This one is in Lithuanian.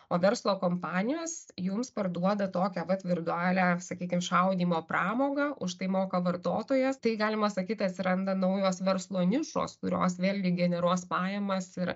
o verslo kompanijos jums parduoda tokią vat virtualią sakykim šaudymo pramogą už tai moka vartotojas tai galima sakyt atsiranda naujos verslo nišos kurios vėlgi generuos pajamas ir